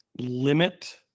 limit